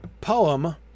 poem